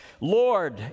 Lord